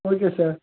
okay sir